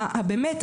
הבאמת,